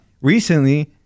recently